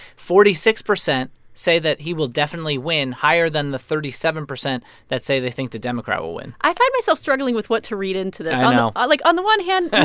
forty six percent say that he will definitely win higher than the thirty seven percent that say they think the democrat will win i find myself struggling with what to read into this i know like, on the one hand,